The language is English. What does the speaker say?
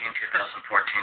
2014